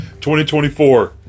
2024